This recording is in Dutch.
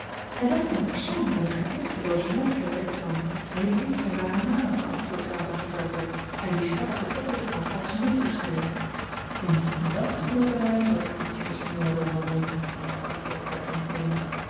en dat om een persoon die in t geringste logement herberg nam niet eens zijn waren naam opgaf zooals later verteld werd en die stellig een oplichter of valsche munter is geweest indien dat gebleken ware zou de politie er zich mee hebben bemoeid bracht overberg in t midden